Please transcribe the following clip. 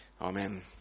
Amen